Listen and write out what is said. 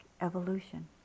evolution